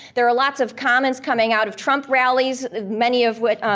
there are lots of comments coming out of trump rallies, many of which,